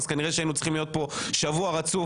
כנראה שהיינו צריכים להיות כאן שבוע רצוף